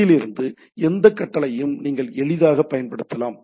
இதிலிருந்து எந்த கட்டளையையும் நீங்கள் எளிதாகப் பயன்படுத்தலாம்